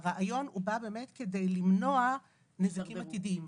הרעיון בא כדי למנוע נזקים עתידיים.